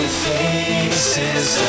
faces